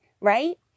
right